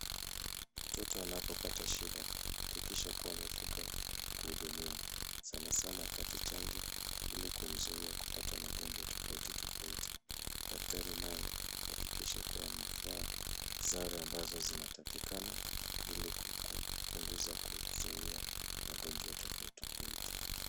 Mtoto anapopata shida, hakikisha kuwa amefika kuhudumiwa, sana sana apate chanjo ili kumzua asipate magonjwa tofauti tofauti. Daktari naye, ahakikishe kuwa amevaa sare ambazo zinatakikana ili, ili kupunguza kuzuia magonjwa tofauti tofauti.